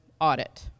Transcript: audit